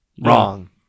Wrong